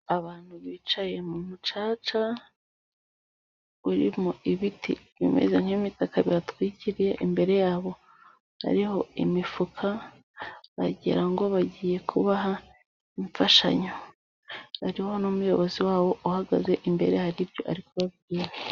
Abantu bicaye mu mucaca, urimo ibiti bimeze nk'imitaka bibatwikiriye, imbere yabo hariho imifuka, wagira ngo bagiye kubaha imfashanyo, hariho n'umuyobozi wabo uhagaze imbere hari ibyo ari kubabwira.